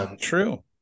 True